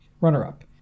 runner-up